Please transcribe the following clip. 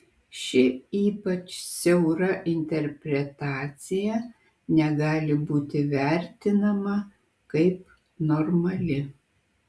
ši ypač siaura interpretacija negali būti vertinama kaip normali